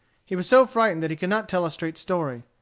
he was so frightened that he could not tell a straight story.